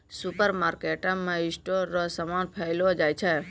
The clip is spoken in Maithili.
सुपरमार्केटमे स्टोर रो समान पैलो जाय छै